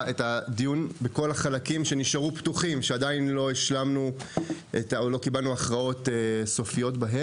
הדיון בכל החלקים שעדיין נשארו פתוחים ועדיין לא קיבלנו את ההכרעות בהם.